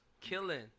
killing